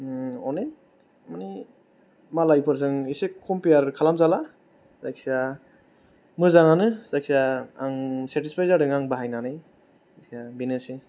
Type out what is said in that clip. अनेक मानि मालायफोर जों एसे कमपियार खालाम जाला जायखि जाया मोजाङानो जायखि जाया आं सेथिसफाइद जादों आं बाहायनानै जायखि जाया बेनोसै